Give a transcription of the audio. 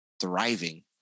thriving